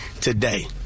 today